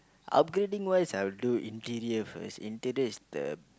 upgrading ones I will do interior first interior is the